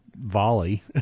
volley